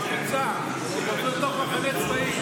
בפריצה שפרצו למחנה צבאי,